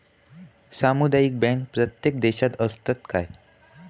सामुदायिक बँक प्रत्येक देशात असतत काय?